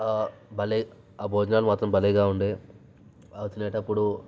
భలే ఆ భోజనాలు మాత్రం భలేగా ఉండే అవి తినేటప్పుడు